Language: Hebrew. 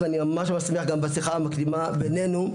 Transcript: ואני שמח בשיחה המקדימה בינינו,